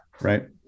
right